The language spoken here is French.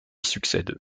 succède